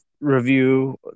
review